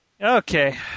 Okay